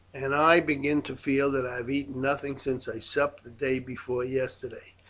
and i begin to feel that i have eaten nothing since i supped the day before yesterday.